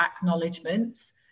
acknowledgements